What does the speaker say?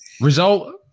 result